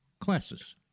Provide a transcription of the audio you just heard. classes